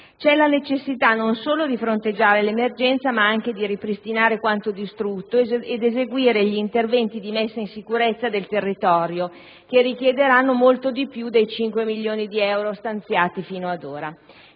la necessità non solo di fronteggiare l'emergenza, ma anche di ripristinare quanto distrutto ed eseguire gli interventi di messa in sicurezza del territorio, che richiederanno molto di più dei 5 milioni di euro stanziati fino ad ora.